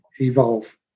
evolve